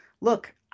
look